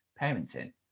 parenting